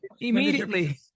immediately